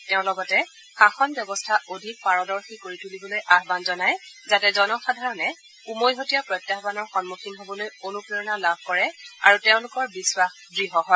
তেওঁ লগতে শাসন ব্যৱস্থা অধিক পাৰদৰ্শী কৰি তুলিবলৈ আহান জনায় যাতে জনসাধাৰণে উমৈহতীয়া প্ৰত্যাহানৰ সন্মুখীন হবলৈ অনুপ্ৰেৰণা লাভ কৰে আৰু তেওঁলোকৰ বিখাস দঢ় হয়